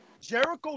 Jericho